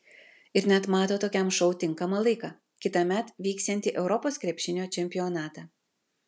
ir net mato tokiam šou tinkamą laiką kitąmet vyksiantį europos krepšinio čempionatą